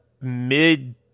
mid